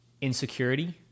insecurity